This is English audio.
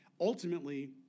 ultimately